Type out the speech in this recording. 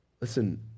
Listen